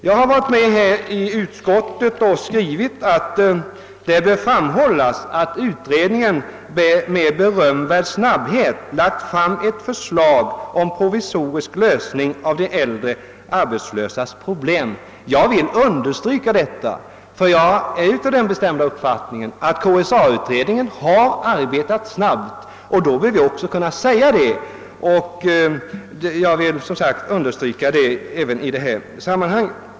Jag har varit med om utskottets skrivning att det bör »framhållas att utredningen med berömvärd snabbhet lagt fram ett förslag om provisorisk lösning av de äldre arbetslösas problem». Jag vill understryka detta, ty jag är av den bestämda uppfattningen att KSA-utredningen har arbetat snabbt. Jag vill också få det sagt i detta sammanhang.